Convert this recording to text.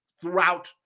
throughout